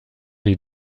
die